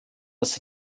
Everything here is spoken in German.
das